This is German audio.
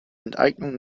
enteignung